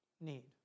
need